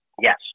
Yes